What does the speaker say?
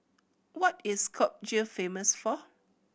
what is Skopje famous for